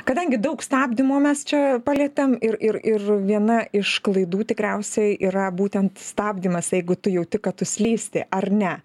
kadangi daug stabdymo mes čia palietėm ir ir ir viena iš klaidų tikriausiai yra būtent stabdymas jeigu tu jauti kad tu slysti ar ne